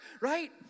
right